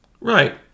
Right